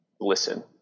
listen